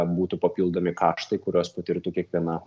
būtų papildomi kaštai kuriuos patirtų kiekviena